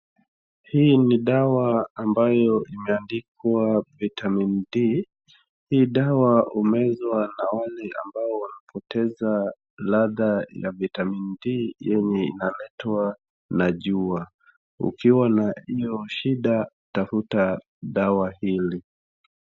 Hii ni dawa ambayo imeandikwa Vitamin D . Hii dawa humezwa na wale ambao wamepoteza ladhaa ya Vitamin D yenye inaletwa na jua. Ukiwa na hiyo shida tafuta dawa hili.